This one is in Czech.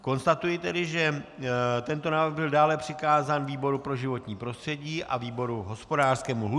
Konstatuji, že tento návrh byl dále přikázán výboru pro životní prostředí a výboru hospodářskému.